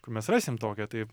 kur mes rasim tokią taip